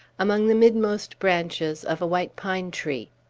among the midmost branches of a white-pine tree.